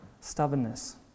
stubbornness